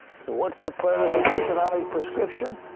so what is the president's economic prescription?